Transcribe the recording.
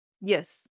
Yes